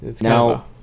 Now